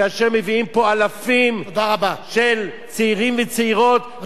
כאשר מביאים פה אלפים של צעירים וצעירות,